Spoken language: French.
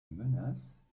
menace